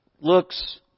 looks